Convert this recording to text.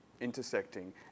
intersecting